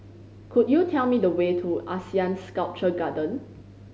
could you tell me the way to ASEAN Sculpture Garden